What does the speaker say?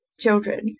children